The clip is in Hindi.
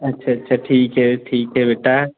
अच्छा अच्छा ठीक है ठीक है बेटा